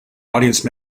audience